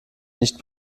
nicht